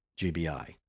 GBI